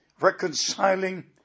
reconciling